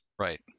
Right